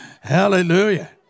Hallelujah